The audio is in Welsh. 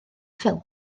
ffilm